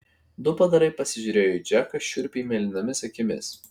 du padarai pasižiūrėjo į džeką šiurpiai mėlynomis akimis